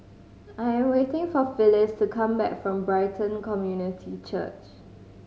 I'm waiting for Phylis to come back from Brighton Community Church